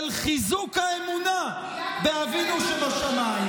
של חיזוק האמונה באבינו שבשמיים.